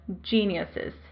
geniuses